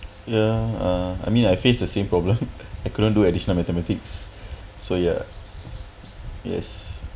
yeah uh I mean I face the same problem I couldn't do additional mathematics so ya yes